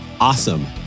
awesome